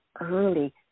early